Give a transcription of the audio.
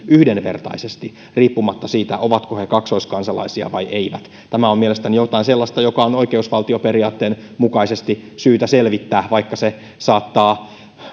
yhdenvertaisesti riippumatta siitä ovatko he kaksoiskansalaisia vai eivät tämä on mielestäni jotain sellaista joka on oikeusvaltioperiaatteen mukaisesti syytä selvittää vaikka se saattaa